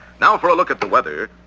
now for a look at the weather.